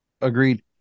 Agreed